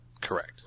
Correct